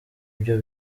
byo